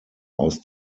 aus